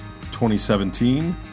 2017